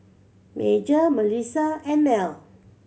Major Melissa and Mell